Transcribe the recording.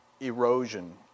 erosion